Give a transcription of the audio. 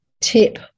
tip